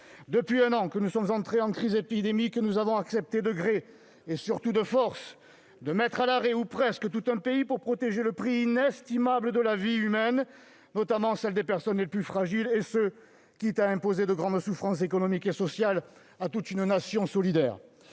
Depuis un an que nous sommes entrés en crise épidémique, nous avons accepté, de gré, et surtout de force, de mettre à l'arrêt, ou presque, tout un pays pour protéger la vie humaine, dont le prix est inestimable, notamment celle des personnes les plus fragiles, et ce quitte à imposer de grandes souffrances économiques et sociales à toute une nation solidaire.